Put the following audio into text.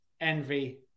envy